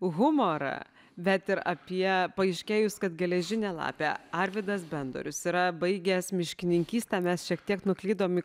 humorą bet ir apie paaiškėjus kad geležinė lapė arvidas bendorius yra baigęs miškininkystę mes šiek tiek nuklydom į